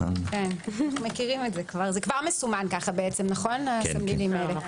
כבר מסומן כך התמלילים האלה.